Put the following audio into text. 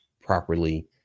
properly